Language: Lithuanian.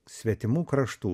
svetimų kraštų